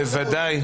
בוודאי.